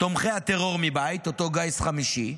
תומכי הטרור מבית, אותו גייס חמישי.